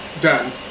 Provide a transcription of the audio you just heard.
Done